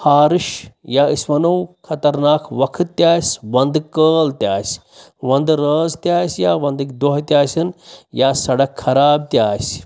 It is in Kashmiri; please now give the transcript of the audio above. ہارٕش یا أسۍ وَنو خطرناک وَقت تہِ آسہِ وَندٕ کال تہِ آسہِ وَندٕ رٲژ تہِ آسہِ یا وَندٕکۍ دۄہ تہِ آسَن یا سڑک خراب تہِ آسہِ